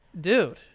Dude